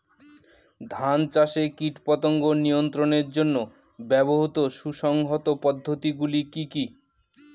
ধান চাষে কীটপতঙ্গ নিয়ন্ত্রণের জন্য ব্যবহৃত সুসংহত পদ্ধতিগুলি কি কি?